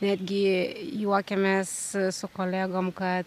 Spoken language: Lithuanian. netgi juokiamės su kolegom kad